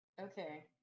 Okay